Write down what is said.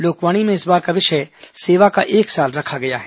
लोकवाणी में इस बार का विषय सेवा का एक साल रखा गया है